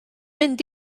mynd